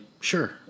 sure